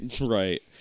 Right